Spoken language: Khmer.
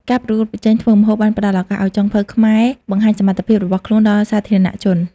ការប្រកួតប្រជែងធ្វើម្ហូបបានផ្តល់ឱកាសឲ្យចុងភៅខ្មែរបង្ហាញសមត្ថភាពរបស់ខ្លួនដល់សាធារណជន។